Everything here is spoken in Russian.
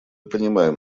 понимаем